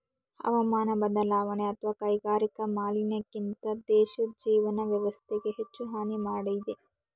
ಹವಾಮಾನ ಬದಲಾವಣೆ ಅತ್ವ ಕೈಗಾರಿಕಾ ಮಾಲಿನ್ಯಕ್ಕಿಂತ ದೇಶದ್ ಜೀವನ ವ್ಯವಸ್ಥೆಗೆ ಹೆಚ್ಚು ಹಾನಿ ಮಾಡಿದೆ